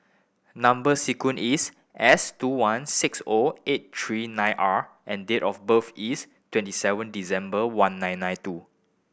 number sequence is S two one six O eight three nine R and date of birth is twenty seven December one nine nine two